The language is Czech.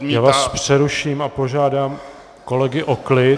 Já vás přeruším a požádám kolegy o klid.